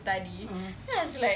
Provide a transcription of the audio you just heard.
(uh huh)